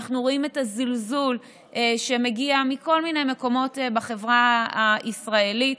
אנחנו רואים את הזלזול שמגיע מכל מיני מקומות בחברה הישראלית,